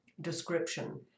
description